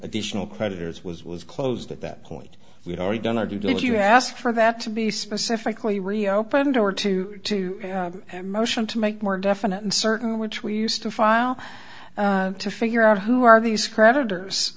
additional creditors was was closed at that point you've already done or did you ask for that to be specifically reopened or to motion to make more definite and certain which we used to file to figure out who are these creditors